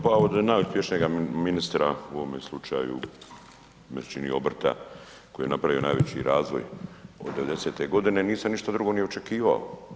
Pa od najuspješnijega ministra u ovome slučaju meni se čini obrta koji je napravio i najveći razlog od '90.-te godine nisam ništa drugo ni očekivao.